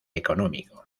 económico